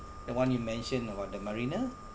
the one you mentioned about the marina